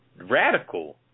radical